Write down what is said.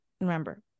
Remember